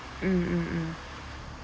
mm mm mm